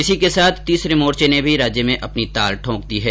इसे के साथ ही तीसरे मोर्च ने भी राज्य में अपनी ताल ठोक दी है